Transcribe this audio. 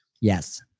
Yes